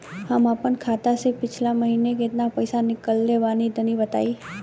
हम आपन खाता से पिछला महीना केतना पईसा निकलने बानि तनि बताईं?